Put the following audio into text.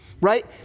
right